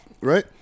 right